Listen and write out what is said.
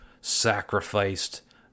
sacrificed